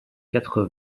quatre